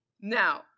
now